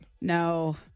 No